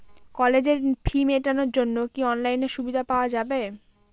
কলেজের ফি মেটানোর জন্য কি অনলাইনে সুবিধা পাওয়া যাবে?